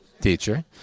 teacher